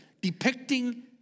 depicting